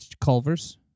Culver's